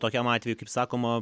tokiam atvejui kaip sakoma